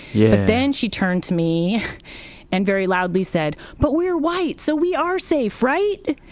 yeah then she turned to me and very loudly said, but we're white. so we are safe, right?